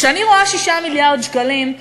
כשאני רואה 6 מיליארד שקלים,